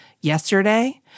yesterday